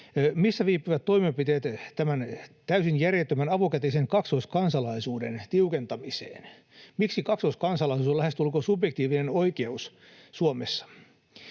Missä viipyvät toimenpiteet tämän täysin järjettömän avokätisen kaksoiskansalaisuuden tiukentamiseen? Miksi kaksoiskansalaisuus on lähestulkoon subjektiivinen oikeus Suomessa?